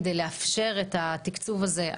כדי לאפשר את התקצוב הזה,